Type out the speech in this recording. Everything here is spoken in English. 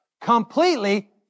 Completely